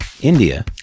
India